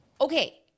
Okay